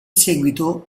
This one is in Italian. seguito